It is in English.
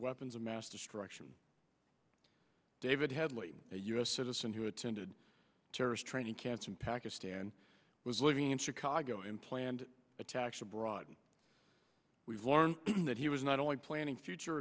weapons of mass destruction david headley a u s citizen who attended terrorist training camps in pakistan was living in chicago in planned attacks abroad we've learned that he was not only planning future